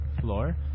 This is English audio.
floor